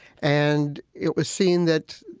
and it was seen that,